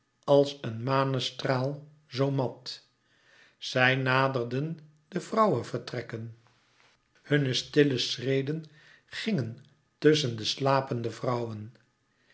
als een manestraal zoo mat zij naderden de vrouwevertrekken hunne stille schreden gingen tusschen de slapende vrouwen